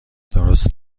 درست